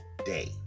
Day